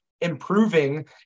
improving